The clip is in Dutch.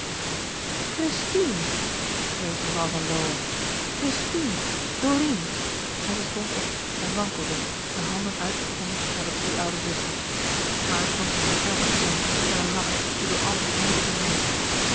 christine kreet mevrouw van lowe christine dorine en zij stond op en wankelde de handen uitstrekkende naar de twee oude zusters maar er klonk een scherpe gil en een lach die door allen sneed als een mes